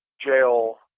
jail